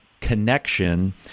connection